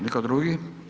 Netko drugi?